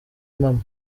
impamo